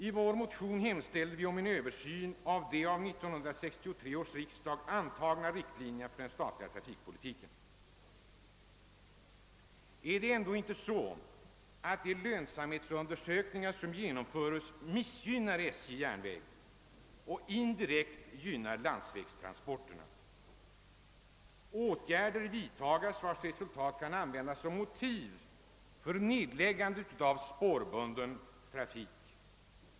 I vår motion hemställer vi om en översyn av de av 1963 års riksdag antagna riktlinjerna för den statliga trafikpolitiken. är det ändå inte så att de lönsamhetsundersökningar som genomförs missgynnar SJ:s järnvägar och indirekt gynnar landsvägstransporterna? Man vidtar åtgärder vilkas resultat kan användas som motiv för nedläggande av spårbunden trafik.